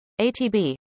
ATB